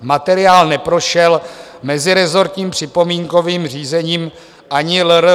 Materiál neprošel mezirezortním připomínkovým řízením ani LRV.